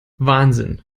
wahnsinn